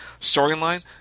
storyline